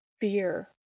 Fear